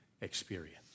experience